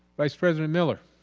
vice president miller?